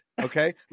okay